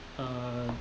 err